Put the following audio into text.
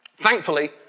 Thankfully